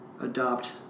Adopt